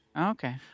Okay